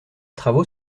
travaux